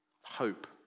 Hope